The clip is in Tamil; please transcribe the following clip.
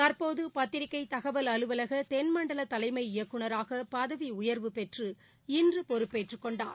தற்போது பத்திரிகை தகவல் அலுவலக தென்மண்டல தலைமை இயக்குநராக பதவி உயர்வு பெற்று இன்று பொறுப்பேற்றுக் கொண்டார்